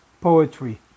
poetry